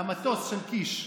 מהמטוס של קיש.